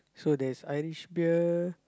so there's Irish beer